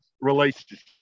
relationship